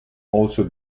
also